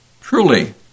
Truly